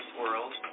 world